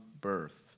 birth